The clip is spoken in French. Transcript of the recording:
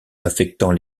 affectant